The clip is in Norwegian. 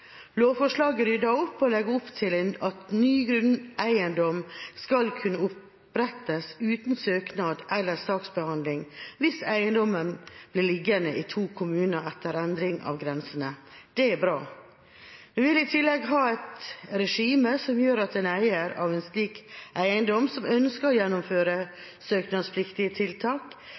Lovforslaget rydder opp og legger opp til at ny grunneiendom skal kunne opprettes uten søknad eller saksbehandling hvis eiendommen blir liggende i to kommuner etter endring av grensene. Det er bra. Vi vil i tillegg ha et regime som gjør at en eier av en slik eiendom som ønsker å gjennomføre søknadspliktige tiltak,